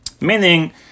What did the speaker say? Meaning